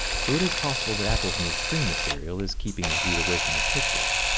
so it is possible that apple's new screen material is keeping the heat away from the pixels.